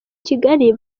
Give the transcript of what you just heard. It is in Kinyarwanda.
kigali